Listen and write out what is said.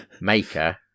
maker